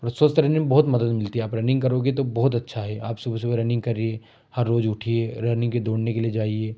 और स्वस्थ रहने में बहुत मदद मिलती है आप रनिंग करोगे तो बहुत अच्छा है आप सुबह सुबह रनिंग करिए हर रोज उठिए रनिंग के दौड़ने के लिए जाइए